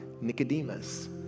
Nicodemus